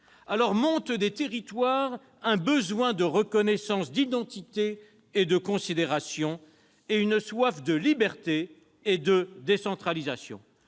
pays. Montent des territoires un besoin de reconnaissance d'identité, de considération et une soif de libertés et de décentralisation.